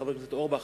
חבר הכנסת אורבך,